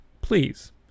please